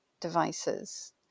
devices